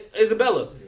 Isabella